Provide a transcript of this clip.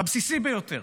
הבסיסי ביותר.